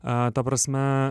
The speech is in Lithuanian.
a ta prasme